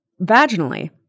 vaginally